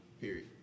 Period